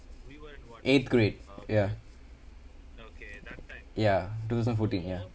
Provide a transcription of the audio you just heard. eighth grade ya ya two thousand fourteen ya